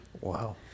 Wow